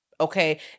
okay